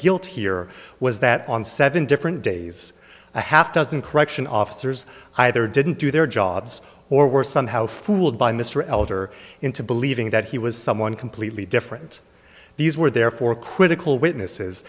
guilt here was that on seven different days a half dozen correction officers either didn't do their jobs or were somehow fooled by mr elder into believing that he was someone completely different these were therefore critical witnesses